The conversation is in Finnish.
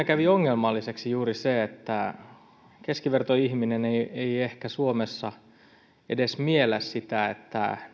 kävi ongelmalliseksi juuri se että keskiverto ihminen ei ei ehkä suomessa edes miellä sitä että